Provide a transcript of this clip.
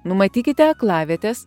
numatykite aklavietes